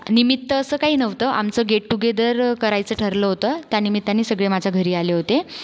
निमित्त असं काही नव्हतं आमचं गेटटुगेदर करायचं ठरलं होतं त्या निमित्ताने सगळे माझ्या घरी आले होते